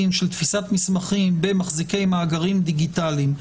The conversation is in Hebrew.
של תפיסת מסמכים במחזיקי מאגרים דיגיטליים,